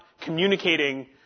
communicating